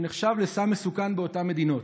שנחשב לסם מסוכן באותן מדינות.